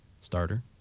starter